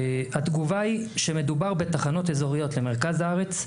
והתגובה היא שמדובר בתחנות אזוריות למרכז הארץ,